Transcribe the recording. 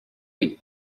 you